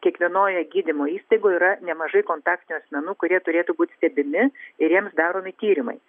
kiekvienoje gydymo įstaigoje yra nemažai kontaktinių asmenų kurie turėtų būti stebimi ir jiems daromi tyrimai